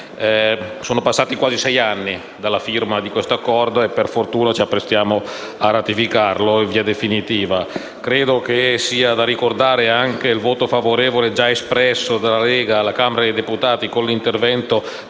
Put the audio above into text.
sono passati quasi sei anni dalla firma di questo Accordo e per fortuna ci apprestiamo a ratificarlo in via definita. Desidero ricordare il voto favorevole già espresso dalla Lega alla Camera dei deputati, con l'intervento